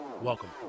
Welcome